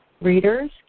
Readers